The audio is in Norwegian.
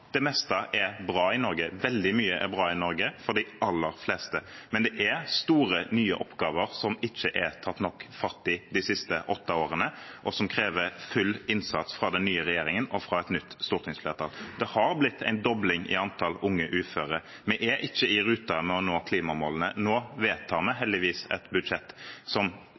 det meste er bra i Norge – veldig mye er bra i Norge for de aller fleste – men det er store, nye oppgaver som ikke er tatt nok fatt i de siste åtte årene, og som krever full innsats fra den nye regjeringen og fra et nytt stortingsflertall. Det har blitt en dobling i antall unge uføre. Vi er ikke i rute med å nå klimamålene – nå vedtar vi heldigvis et budsjett som